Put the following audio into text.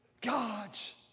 God's